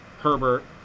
Herbert